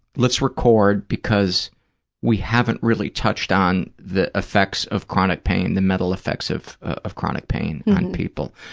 let's record, because we haven't really touched on the effects of chronic pain, the mental effects of of chronic pain on people.